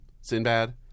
Sinbad